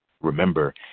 Remember